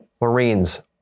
Marines